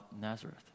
Nazareth